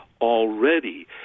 already